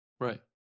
Right